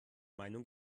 meinung